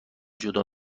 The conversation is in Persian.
جدا